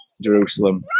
Jerusalem